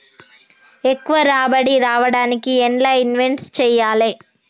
ఎక్కువ రాబడి రావడానికి ఎండ్ల ఇన్వెస్ట్ చేయాలే?